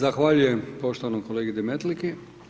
Zahvaljujem poštovanog kolegi Demetliki.